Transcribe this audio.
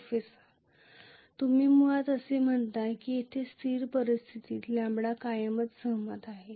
professor तुम्ही मुळात असे म्हणताय की येथे स्थिर परिस्थितीत लॅम्बडा कायमच सहमत आहे